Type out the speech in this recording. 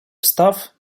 встав